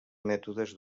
mètodes